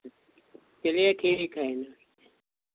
चलिए ठीक है